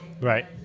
right